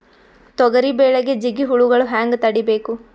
ತೊಗರಿ ಬೆಳೆಗೆ ಜಿಗಿ ಹುಳುಗಳು ಹ್ಯಾಂಗ್ ತಡೀಬೇಕು?